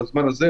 בזמן הזה,